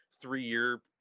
three-year